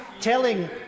telling